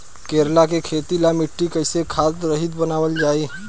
करेला के खेती ला मिट्टी कइसे खाद्य रहित बनावल जाई?